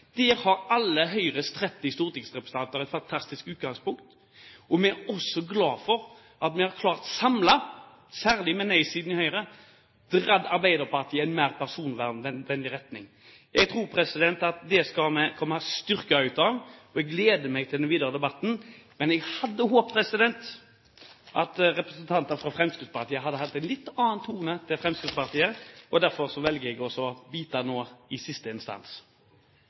Der har alle Høyres 30 stortingsrepresentanter et fantastisk utgangspunkt, og vi er også glad for at vi samlet har klart – særlig med nei-siden i Høyre – å dra Arbeiderpartiet i en mer personvernvennlig retning. Jeg tror at vi skal komme styrket ut av dette, og jeg gleder meg til den videre debatten. Men jeg hadde håpet at representanter fra Fremskrittspartiet hadde hatt en litt annen tone, og derfor velger jeg å bite nå i siste instans.